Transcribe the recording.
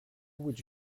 would